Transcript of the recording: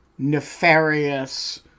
nefarious